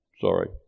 Sorry